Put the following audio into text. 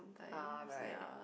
ah right